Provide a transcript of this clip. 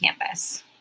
campus